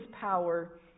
power